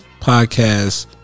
podcast